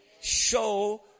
Show